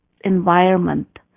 environment